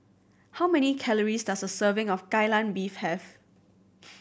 how many calories does a serving of Kai Lan Beef have